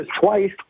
twice